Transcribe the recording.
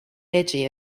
edgy